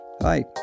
Hi